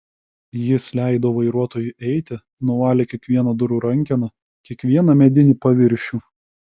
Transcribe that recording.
jis leido vairuotojui eiti nuvalė kiekvieną durų rankeną kiekvieną medinį paviršių